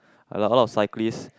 a lot a lot of cyclists